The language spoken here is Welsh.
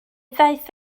ddaeth